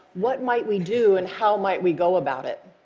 what might we do and how might we go about it?